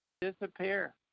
Disappear